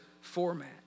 format